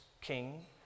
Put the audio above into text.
king